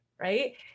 right